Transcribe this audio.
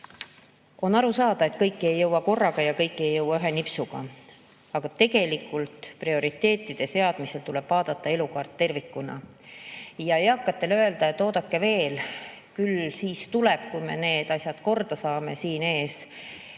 on aru saada, et kõike ei jõua korraga ja kõike ei jõua ühe nipsuga, siis tegelikult prioriteetide seadmisel tuleb vaadata elukaart tervikuna. Öelda eakatele, et oodake veel, küll siis tuleb, kui me need asjad korda saame siin ees